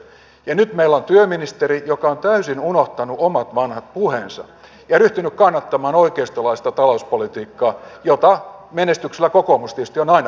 ja nyt meillä on työministeri joka on täysin unohtanut omat vanhat puheensa ja ryhtynyt kannattamaan oikeistolaista talouspolitiikkaa jota menestyksellä kokoomus tietysti on aina kannattanut